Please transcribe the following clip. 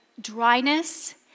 dryness